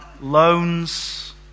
loans